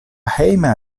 hejma